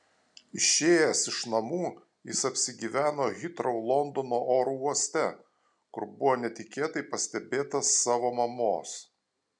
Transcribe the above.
išėjęs iš namų jis apsigyveno hitrou londono oro uoste kur buvo netikėtai pastebėtas savo mamos